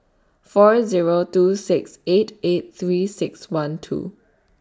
four Zero two six eight eight three six one two